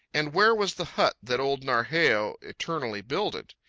and where was the hut that old narheyo eternally builded?